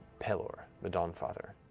pelor, the dawn father.